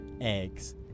eggs